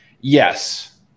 Yes